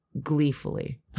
gleefully